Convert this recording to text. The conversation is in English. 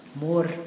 more